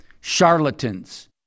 charlatans